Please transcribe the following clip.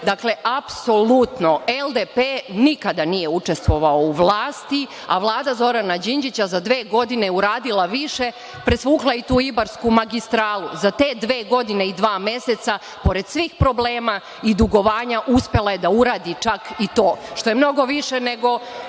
Dakle, apsolutno, LDP nikada nije učestvovao u vlasti, a Vlada Zorana Đinđića je za dve godine uradila više, presvukla je i tu Ibarsku magistralu za te dve godine i dva meseca, pored svih problema i dugovanja uspela je da uradi čak i to, što je mnogo više nego